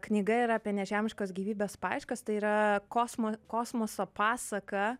knyga yra apie nežemiškos gyvybės paieškas tai yra kosmo kosmoso pasaka